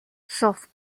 sauf